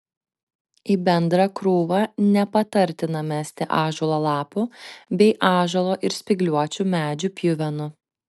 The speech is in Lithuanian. į bendrą krūvą nepatartina mesti ąžuolo lapų bei ąžuolo ir spygliuočių medžių pjuvenų